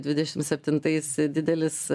dvidešimt septintais didelis